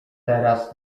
teraz